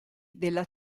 della